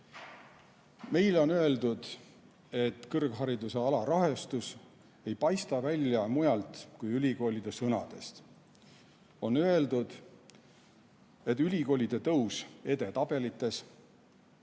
Meile on öeldud, et kõrghariduse alarahastus ei paista välja mujalt kui ülikoolide sõnadest. On öeldud, et ülikoolide tõus edetabelites, lõpetajate